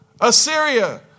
Assyria